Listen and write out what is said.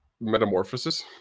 Metamorphosis